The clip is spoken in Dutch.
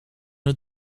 het